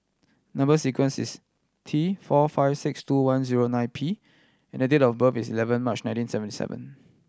number sequence is T four five six two one zero nine P and the date of birth is eleven March nineteen seventy seven